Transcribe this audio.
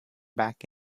back